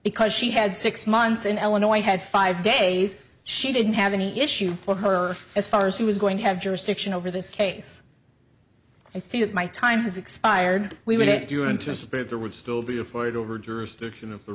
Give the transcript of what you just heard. because she had six months in l annoyed had five days she didn't have any issue for her as far as she was going to have jurisdiction over this case and see that my time has expired we would it do you anticipate there would still be a fight over jurisdiction of the